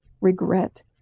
regret